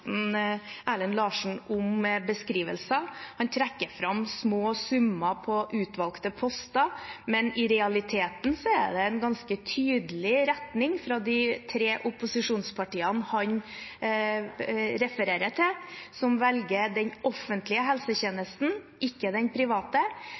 Erlend Larsen i beskrivelsene. Han trekker fram små summer på utvalgte poster, men i realiteten er det en ganske tydelig retning fra de tre opposisjonspartiene han refererer til, som velger den offentlige